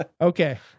Okay